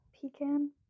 Pecan